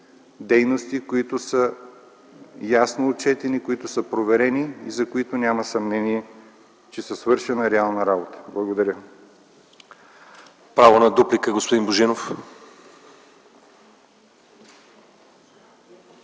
дейности, които са ясно отчетени, които са проверени, за които няма съмнение, че са свършили реална работа. Благодаря.